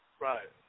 Right